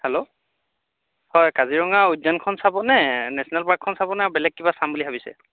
hello হয় কাজিৰঙা উদ্যানখন চাবনে নেচনেল পাৰ্কখন চাবনে বেলেগ কিবা চাম বুলি ভাবিছে